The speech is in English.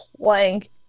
plank